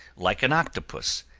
like an octopus,